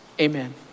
Amen